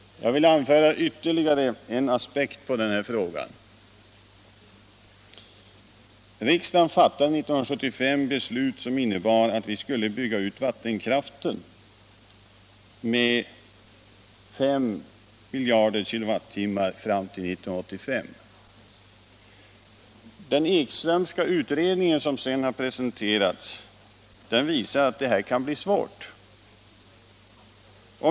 Jag vill anföra ytterligare en aspekt på denna fråga. Riksdagen fattade 1975 ett beslut som innebar att vi skulle bygga ut vattenkraften med 5 miljarder KWh fram till 1985. Den Ekströmska utredningen som sedan har presenterats visar att det här kan bli svårt.